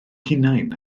hunain